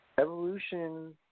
Evolution